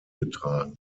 getragen